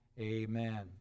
Amen